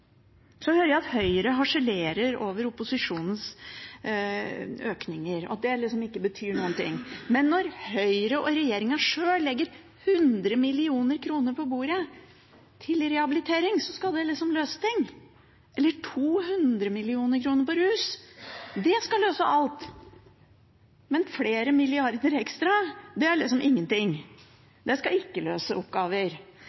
Så hører jeg at Høyre harselerer over opposisjonens økninger, at de ikke betyr noe. Men når Høyre og regjeringen sjøl legger 100 mill. kr på bordet til rehabilitering, skal det løse ting, og 200 mill. kr når det gjelder rus, skal løse alt, men flere milliarder ekstra er liksom